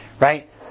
right